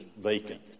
vacant